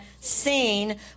seen